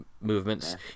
movements